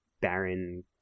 barren